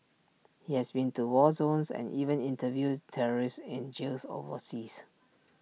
he has been to war zones and even interviewed terrorists in jails overseas